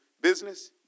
business